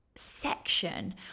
section